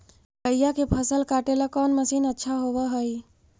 मकइया के फसल काटेला कौन मशीन अच्छा होव हई?